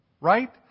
Right